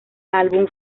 álbum